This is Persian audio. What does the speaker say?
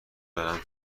دارم